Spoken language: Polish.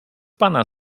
pana